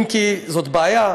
אם כי זאת בעיה,